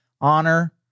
honor